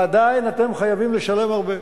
עדיין אתם חייבים לשלם הרבה.